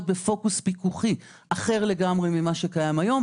בפוקוס פיקוחי אחר לגמרי ממה שקיים היום.